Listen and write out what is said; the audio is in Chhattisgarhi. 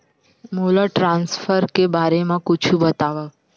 मोला ट्रान्सफर के बारे मा कुछु बतावव?